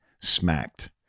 smacked